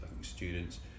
students